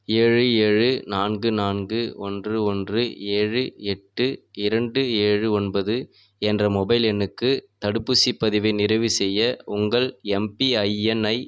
ஏழு ஏழு நான்கு நான்கு ஒன்று ஒன்று ஏழு எட்டு இரண்டு ஏழு ஒன்பது என்ற மொபைல் எண்ணுக்கு தடுப்பூசிப் பதிவை நிறைவுசெய்ய உங்கள் எம்பிஐஎன்ஐ உள்ளிடவும்